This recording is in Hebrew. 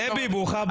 בבקשה תתחילו,